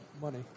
money